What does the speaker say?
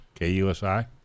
KUSI